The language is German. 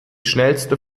schnellste